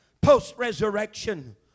post-resurrection